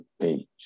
page